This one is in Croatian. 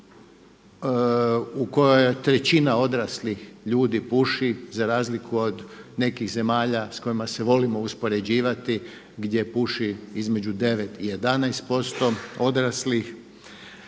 u kojoj trećina odraslih ljudi puši za razliku od nekih zemalja sa kojima se volimo uspoređivati gdje puši između 9 i 11% odraslih.